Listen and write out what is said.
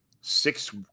six